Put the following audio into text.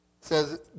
says